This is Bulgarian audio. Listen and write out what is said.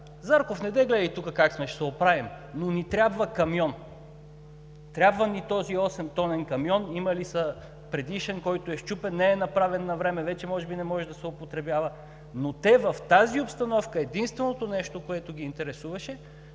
„Зарков, недей гледай тук как сме, ще се оправим, но ни трябва камион. Трябва ни този 8-тонен камион.“ Имали са предишен, който е счупен, не е направен навреме, вече може би не може да се употребява, но те в тази обстановка единственото нещо, което ги интересуваше,